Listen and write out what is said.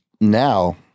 Now